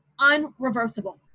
unreversible